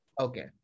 Okay